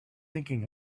thinking